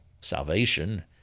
salvation